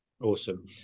Awesome